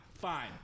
Fine